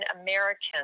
Americans